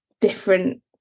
different